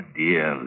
dear